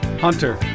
Hunter